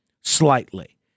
slightly